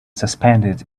suspended